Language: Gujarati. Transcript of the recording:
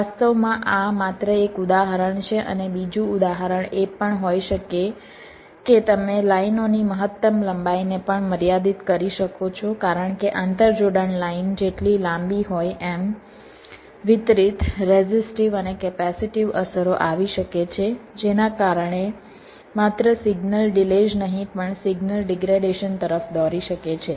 વાસ્તવમાં Refer Time 1414 આ માત્ર એક ઉદાહરણ છે અને બીજું ઉદાહરણ એ પણ હોઈ શકે કે તમે લાઈનોની મહત્તમ લંબાઈને પણ મર્યાદિત કરી શકો છો કારણ કે આંતરજોડાણ લાઈન જેટલી લાંબી હોય એમ વિતરિત રેઝિસ્ટીવ અને કેપેસિટીવ અસરો આવી શકે છે જેના કારણે માત્ર સિગ્નલ ડિલે જ નહીં પણ સિગ્નલ ડિગ્રેડેશન તરફ દોરી શકે છે